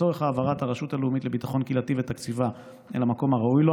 לצורך העברת הרשות הלאומית לביטחון קהילתי ותקציבה אל המקום הראוי לו,